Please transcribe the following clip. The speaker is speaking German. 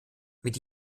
mit